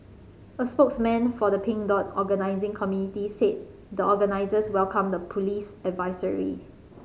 a spokesman for the Pink Dot organising committee said the organisers welcomed the police advisory